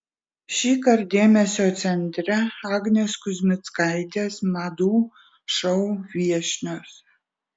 šįkart dėmesio centre agnės kuzmickaitės madų šou viešnios